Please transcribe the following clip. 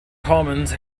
commons